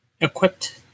equipped